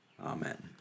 Amen